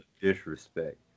disrespect